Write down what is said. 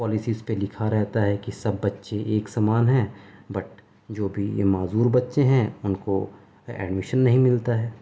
policies پہ لکھا رہتا ہے کہ سب بچے ایک سمان ہیں بٹ جو بھی معذور بچے ہیں ان کو ایڈمیشن نہیں ملتا ہے